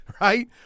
right